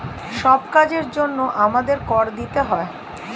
সব কাজের জন্যে আমাদের কর দিতে হয়